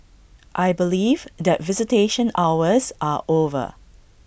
I believe that visitation hours are over